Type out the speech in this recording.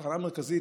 התחנה המרכזית,